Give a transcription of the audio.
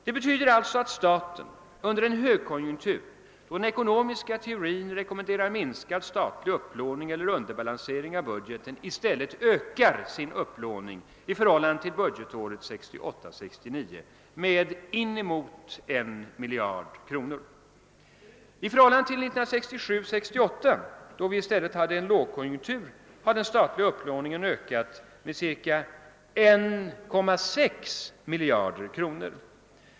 Det betyder alltså att staten under en högkonjunktur, då den ekonomiska teorin rekommenderar minskad statlig upplåning eller underbalansering av budgeten, i stället ökar sin upplåning i förhållande till budgetåret 1968 68, då vi i stället hade en lågkonjunktur, har den statliga upplåningen ökat med cirka 1,6 miljarder kronor.